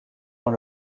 dans